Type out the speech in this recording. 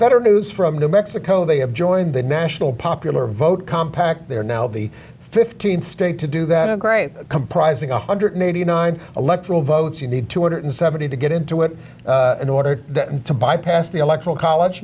better news from new mexico they have joined the national popular vote compact they are now the fifteenth state to do that a great comprising off hundred eighty nine electoral votes you need two hundred seventy to get into it in order to bypass the electoral college